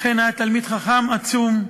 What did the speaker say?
אכן היה תלמיד חכם, עצום,